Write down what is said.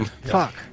fuck